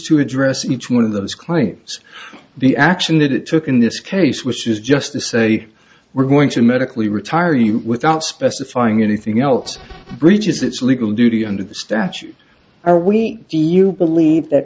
to address each one of those claims the action that it took in this case which is just to say we're going to medically retired you without specifying anything else reaches its legal duty under the statute are we do you believe that